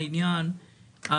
כלומר לייצר הסמכה לקבוע בתקנות.